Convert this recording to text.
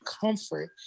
comfort